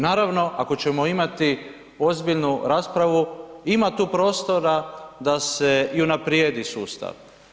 Naravno ako ćemo imati ozbiljnu raspravu ima tu prostora da se i unaprijedi sustav.